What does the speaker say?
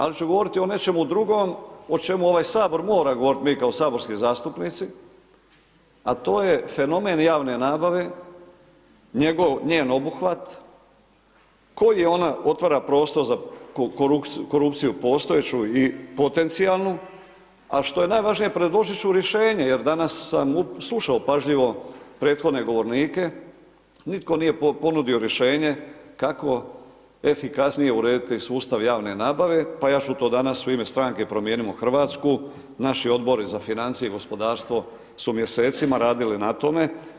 Ali ću govoriti o nečemu drugom, o čemu ovaj Sabor mora govoriti mi kao saborski zastupnici, at o je fenomen javne nabave, njen obuhvat, koji on otvara prostor za korupciju postojeću i postojeću, a što je najvažnije, predložiti ću rješenje, jer danas sam slušao pažljivo prethodne govornike, n itko nije ponudio rješenje, kako efikasnije urediti sustav javne nabave, pa ja ću to danas u ime stranke Promijenimo Hrvatsku, naš odbor za financije i gospodarstvo su mjesecima radile na tome.